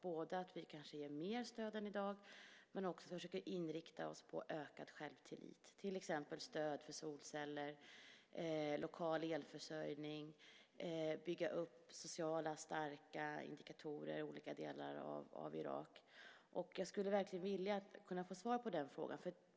Vi ska kanske både ge mer stöd än i dag och försöka inrikta oss på ökad självtillit, till exempel genom att ge stöd för solceller, lokal elförsörjning, och att bygga upp starka sociala indikatorer i olika delar av Irak. Jag skulle vilja veta hur det förhåller sig med det.